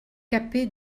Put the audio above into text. capé